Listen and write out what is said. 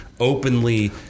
Openly